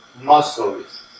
muscles